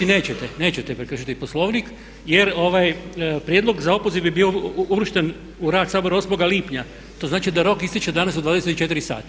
Nećete, nećete prekršiti Poslovnik jer prijedlog za opoziv je bio uvršten u rad Sabora 8.lipnja to znači da rok ističe danas u 24 sata.